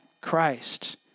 Christ